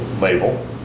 label